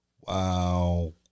Wow